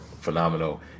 phenomenal